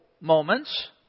moments